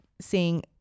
seeing